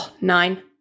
Nine